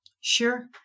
Sure